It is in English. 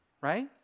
right